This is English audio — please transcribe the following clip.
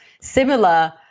similar